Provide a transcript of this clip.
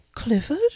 Clifford